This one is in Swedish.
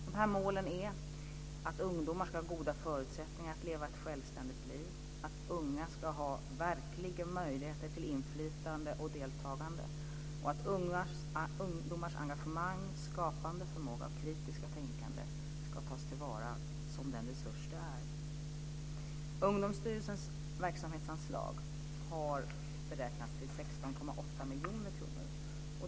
Dessa mål är att ungdomar ska ha goda förutsättningar att leva ett självständigt liv, att unga ska ha verkliga möjligheter till inflytande och deltagande och att ungdomars engagemang, skapande förmåga och kritiska tänkande ska tas till vara som den resurs det är. Ungdomsstyrelsens verksamhetsanslag har beräknats till 16,8 miljoner kronor.